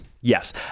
yes